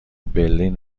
برلین